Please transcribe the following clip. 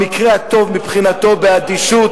במקרה הטוב מבחינתו באדישות.